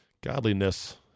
godliness